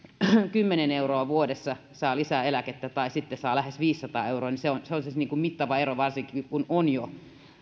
kymmenen euroa vuodessa saa lisää eläkettä tai sitten saa lähes viisisataa euroa niin se on mittava ero varsinkin kun on jo